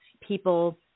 people